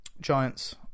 Giants